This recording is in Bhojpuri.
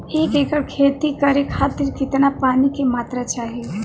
एक एकड़ खेती करे खातिर कितना पानी के मात्रा चाही?